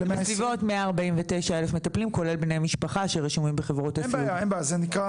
בסביבות 149,000 מטפלים כולל בני משפחה שרשומים בחברות הסיעוד.